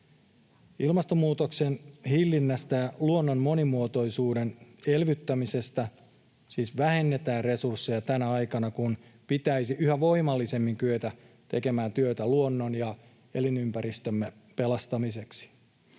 Ilmastonmuutoksen hillinnästä ja luonnon monimuotoisuuden elvyttämisestä siis vähennetään resursseja tänä aikana, kun pitäisi yhä voimallisemmin kyetä tekemään työtä luonnon ja elinympäristömme pelastamiseksi.